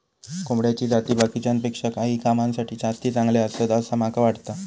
कोंबड्याची जाती बाकीच्यांपेक्षा काही कामांसाठी जास्ती चांगले आसत, असा माका वाटता